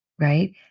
right